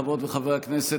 חברות וחברי הכנסת,